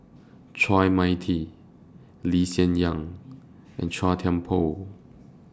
Chua Mia Tee Lee Hsien Yang and Chua Thian Poh